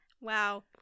Wow